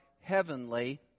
Heavenly